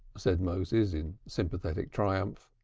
said moses in sympathetic triumph.